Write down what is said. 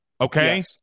okay